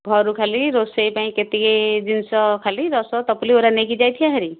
ଘରୁ ଖାଲି ରୋଷେଇ ପାଇଁ କେତିକି ଜିନିଷ ଖାଲି ରସ ଟପୁଲି ଏଗୁଡ଼ା ନେଇକି ଯାଇଥିବା ଭାରି